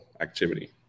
activity